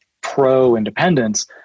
pro-independence